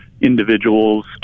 individuals